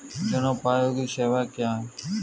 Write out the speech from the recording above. जनोपयोगी सेवाएँ क्या हैं?